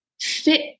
fit